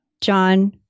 John